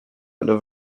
ale